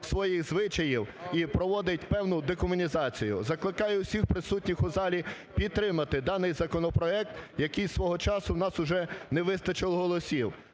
своїх звичаїв і проводить певну декомунізацію. Закликаю всіх присутніх у залі підтримати даний законопроект, який свого часу у нас вже не вистачило голосів.